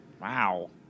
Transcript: Wow